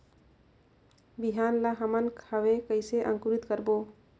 बिहान ला हमन हवे कइसे अंकुरित करबो?